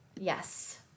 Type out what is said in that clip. yes